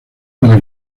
para